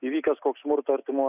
įvykęs koks smurto artimoje